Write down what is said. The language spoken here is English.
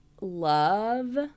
Love